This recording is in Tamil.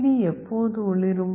டி எப்போது ஒளிரும்